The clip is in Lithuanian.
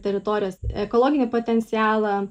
teritorijos ekologinį potencialą